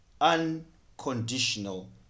unconditional